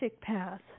path